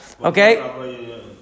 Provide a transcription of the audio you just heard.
Okay